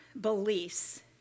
beliefs